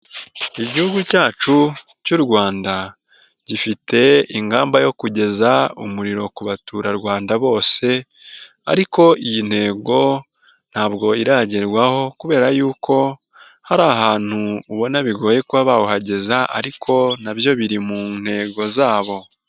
Igihugu cyacu cy'u Rwanda gifite ingamba yo kugeza umuriro ku baturarwanda bose ariko iyi ntego ntabwo iragerwaho kubera yuko hari ahantu ubona bigoye kuba bawuhageze ariko nabyo biri mu ntego zabo.